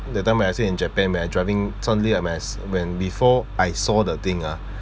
that time when I stay in japan when I'm driving suddenly I'm as when before I saw the thing ah